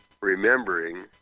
remembering